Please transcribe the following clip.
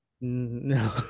No